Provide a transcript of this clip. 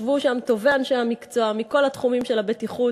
ישבו שם טובי אנשי המקצוע מכל תחומי הבטיחות,